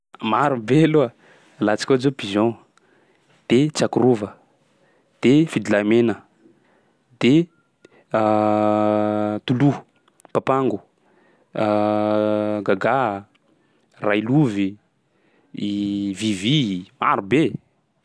Marobe aloha, alantsika ohatsy zao pigeon, de tsakorova, de fidilahimena, de toloha, papango, gàgà, railovy, vivy, maro be.